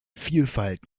vielfalt